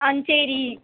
ஆ சரி